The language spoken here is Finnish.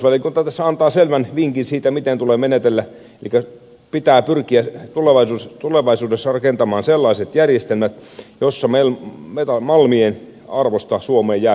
talousvaliokunta tässä antaa selvän vinkin siitä miten tulee menetellä elikkä pitää pyrkiä tulevaisuudessa rakentamaan sellaiset järjestelmät joissa suomeen jää malmien arvosta yhä enemmän